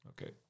Okay